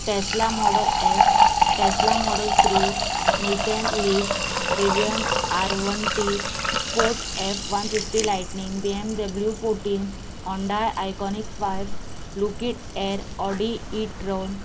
Tesla model S Tesla model three Nissan Leaf Rivian R one T Ford F one fifty Lightning B M W fourteen Honda iconic five Lucid Air Audi etron